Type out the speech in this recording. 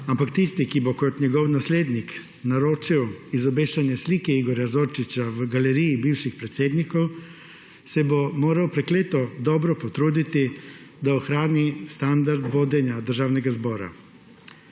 Ampak tisti, ki bo kot njegov naslednik naročil izobešanje slike Igorja Zorčiča v galeriji bivših predsednikov, se bo moral prekleto dobro potruditi, da ohrani standard vodenja Državnega zbora.